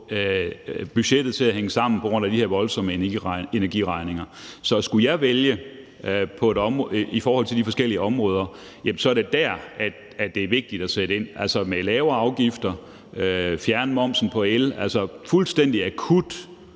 budgettet til at hænge sammen på grund af de her voldsomme energiregninger. Så skulle jeg vælge mellem de forskellige områder, er det der, det er vigtigt at sætte ind: med lavere afgifter, ved at fjerne momsen på el, altså fuldstændig akut